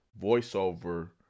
voiceover